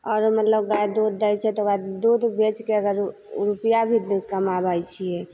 आओर मतलब गाइ दूध दै छै तऽ मतलब ओकरा दूध बेचिके अगर ओ रुपैआ भी कमाबै छिए